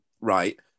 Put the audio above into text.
right